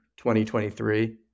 2023